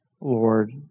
Lord